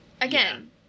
Again